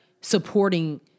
supporting